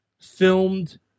filmed